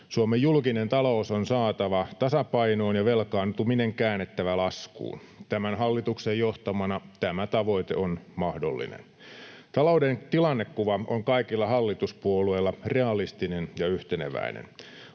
Suomen julkinen talous on saatava tasapainoon ja velkaantuminen käännettävä laskuun. Tämän hallituksen johtamana tämä tavoite on mahdollinen. Talouden tilannekuva on kaikilla hallituspuolueilla realistinen ja yhteneväinen.